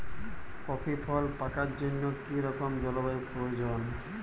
Coffee ফল পাকার জন্য কী রকম জলবায়ু প্রয়োজন?